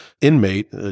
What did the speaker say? inmate